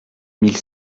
mille